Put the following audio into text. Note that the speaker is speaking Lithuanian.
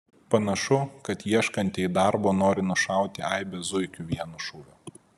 panašu kad ieškantieji darbo nori nušauti aibę zuikių vienu šūviu